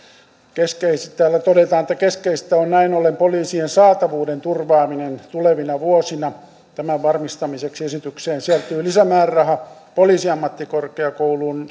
täällä todetaan että keskeistä on näin ollen poliisien saatavuuden turvaaminen tulevina vuosina tämän varmistamiseksi esitykseen sisältyy lisämääräraha poliisiammattikorkeakouluun